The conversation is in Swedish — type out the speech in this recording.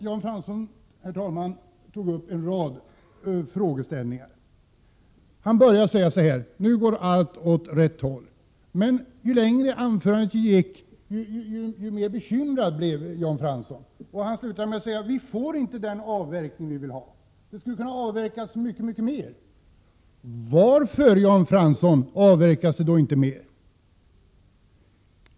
Jan Fransson tog upp en rad frågeställningar. Han började med att säga att nu går allt åt rätt håll. Men ju längre anförandet gick, desto mer bekymrad blev han, och han slutade med att säga: Vi får inte den avverkning som vi vill ha. Det skulle kunna avverkas mycket mer. Varför avverkas det då inte mer?